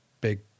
big